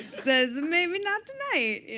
says, maybe not tonight. you